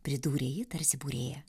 pridūrė ji tarsi būrėja